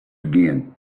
again